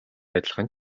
адилхан